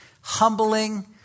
humbling